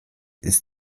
ist